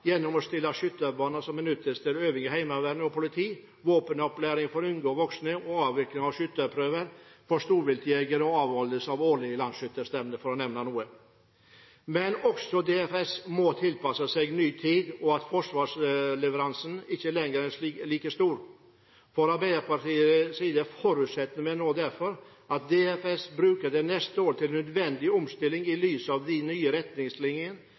gjennom å drive skytebaner som benyttes til øving av Heimevernet og politiet, våpenopplæring av unge og voksne, avvikling av skyteprøver for storviltjegere og avholdelse av det årlige Landsskytterstevnet, for å nevne noe. Men også DFS må tilpasse seg en ny tid og at forsvarsleveransen ikke lenger er like stor. Fra Arbeiderpartiets side forutsetter vi derfor at DFS bruker det neste året til nødvendig omstilling i lys av de nye retningslinjene